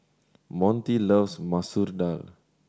Montie loves Masoor Dal